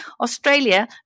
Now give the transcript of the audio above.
Australia